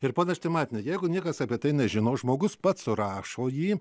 ir ponia strimaitiene jeigu niekas apie tai nežino žmogus pats surašo jį